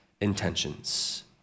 intentions